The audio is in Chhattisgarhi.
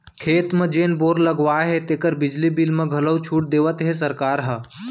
खेत म जेन बोर करवाए हे तेकर बिजली बिल म घलौ छूट देवत हे सरकार ह